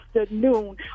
afternoon